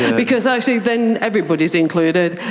because actually then everybody's included.